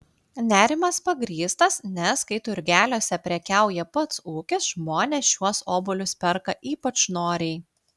nerimas pagrįstas nes kai turgeliuose prekiauja pats ūkis žmonės šiuos obuolius perka ypač noriai